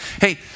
hey